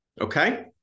Okay